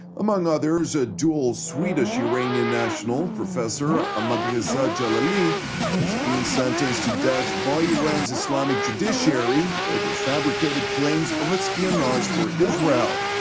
among others, a dual swedish iranian national professor ahmadreza djalali has been sentenced to death by iran's islamic judiciary over fabricated claims of espionage for israel.